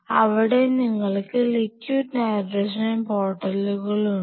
അവിടെ നിങ്ങൾക്ക് liquid nitrogen പോർട്ടുകളുണ്ട്